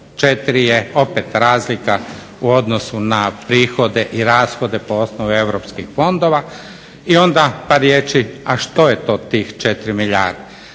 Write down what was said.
do 3,4 je opet razlika u odnosu na prihode i rashode po osnovi europskih fondova. I onda par riječi, a što je to tih 4 milijarde?